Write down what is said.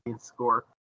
score